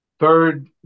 Third